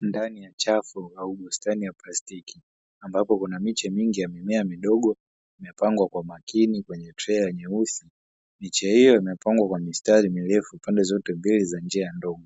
Ndani ya chafu au bustani ya plastiki ambapo kuna miche mingi ya mimea midogo imepangwa kwa makini kwenye trayer nyeusi, miche hiyo imepangwa kwa mistari mirefu pande zote mbili za njia ndogo